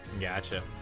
gotcha